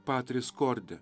patris korde